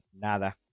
nada